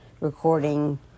recording